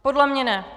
Podle mě ne.